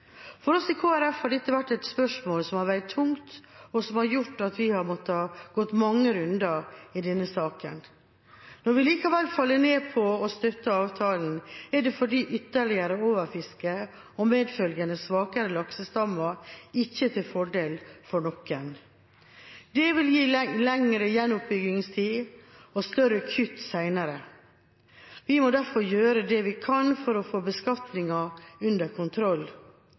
For oss i Kristelig Folkeparti har dette vært et spørsmål som har veid tungt, og som har gjort at vi har måttet gå mange runder i denne saken. Når vi likevel faller ned på å støtte avtalen, er det fordi ytterligere overfiske og medfølgende svakere laksestammer ikke er til fordel for noen. Det vil gi lengre gjenoppbyggingstid og større kutt senere. Vi må derfor gjøre det vi kan for å få beskatningen under kontroll.